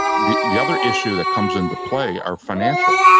the the other issue that comes into play are financial.